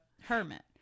hermit